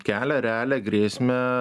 kelia realią grėsmę